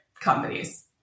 companies